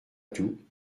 tout